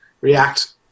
react